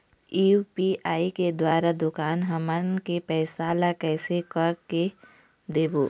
UPI के द्वारा दुकान हमन के पैसा ला कैसे कर के देबो?